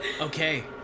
Okay